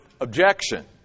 objection